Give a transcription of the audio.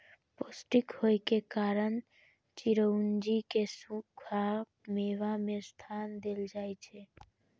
पौष्टिक होइ के कारण चिरौंजी कें सूखा मेवा मे स्थान देल जाइ छै